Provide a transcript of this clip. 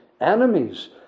enemies